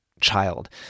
child